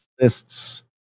lists